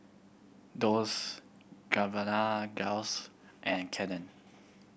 Dolce Gabbana Dells and Canon